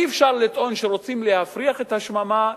אי-אפשר לטעון שרוצים להפריח את השממה,